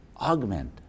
augment